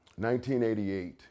1988